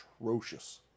atrocious